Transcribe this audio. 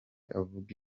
avuga